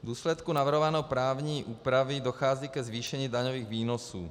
V důsledku navrhované právní úpravy dochází ke zvýšení daňových výnosů.